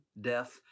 death